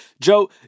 Joe